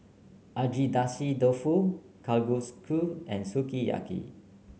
Agedashi Dofu Kalguksu and Sukiyaki